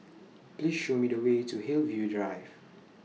Please Show Me The Way to Hillview Drive